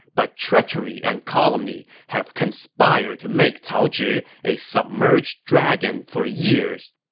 but treachery and calumny have conspired to make cao zhi a submerged dragon for years.